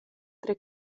tre